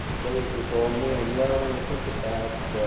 what does this all mean? well when you think about